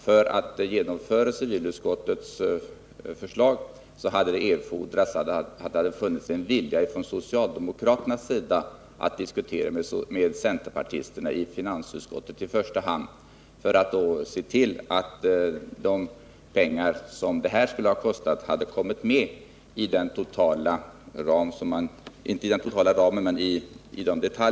För att genomföra civilutskottets förslag hade det erfordrats en vilja från socialdemokraterna att diskutera med centerpartisterna i finansutskottet i syfte att se till att den här höjningen hade kommit med inom den totala ramen.